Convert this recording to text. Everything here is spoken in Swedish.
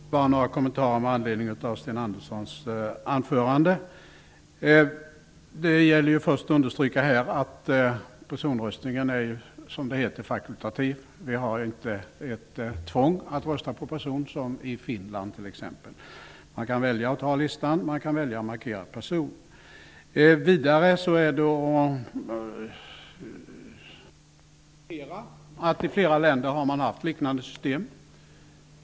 Herr talman! Bara några kommentarer med anledning av Sten Anderssons anförande. Det gäller först att understryka att personröstningen är, som det heter, fakultativ. Det är inte ett tvång att rösta på person, som det är i Finland. Man kan välja listan, och man kan välja att markera person. Vidare bör man notera att det finns flera länder som har haft liknande system.